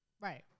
Right